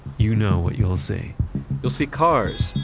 you know what you'll see you'll see cars,